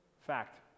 Fact